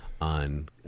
on